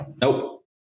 Nope